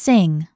Sing